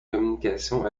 communication